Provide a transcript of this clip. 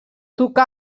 tocà